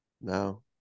No